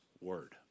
word